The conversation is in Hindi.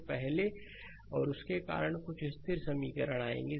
तो पहले है और उसके कारण कुछ स्थिर समीकरण आएंगे